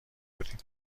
بودیم